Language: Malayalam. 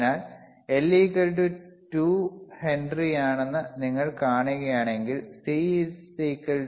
അതിനാൽ L2 ഹെൻറിയാണെന്ന് നിങ്ങൾ കാണുകയാണെങ്കിൽ C 0